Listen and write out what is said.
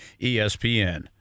ESPN